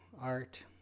art